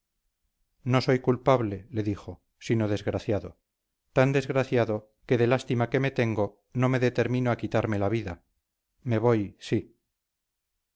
no soy culpable le dijo sino desgraciado tan desgraciado que de lástima que me tengo no me determino a quitarme la vida me voy sí